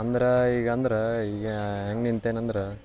ಅಂದ್ರೆ ಈಗಂದ್ರೆ ಈಗ ಹೆಂಗೆ ನಿಂತೇನೆ ಅಂದ್ರೆ